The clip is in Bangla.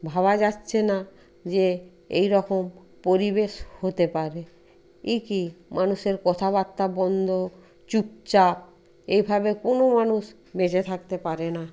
ভাবা যাচ্ছে না যে এইরকম পরিবেশ হতে পারে এ কি মানুষের কথাবার্তা বন্ধ চুপচাপ এভাবে কোনও মানুষ বেঁচে থাকতে পারে না